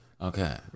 Okay